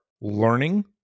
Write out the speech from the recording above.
learning